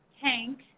tank